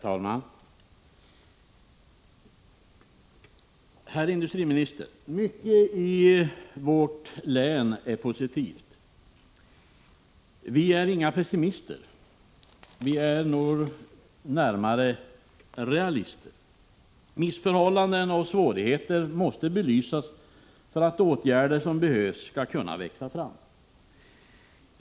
Herr talman! Herr industriminister! Mycket i vårt län är positivt. Vi är inga pessimister — vi är nog snarare realister. Missförhållanden och svårigheter måste belysas för att åtgärder som behövs skall kunna växa fram.